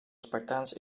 spartaans